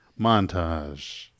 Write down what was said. Montage